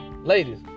Ladies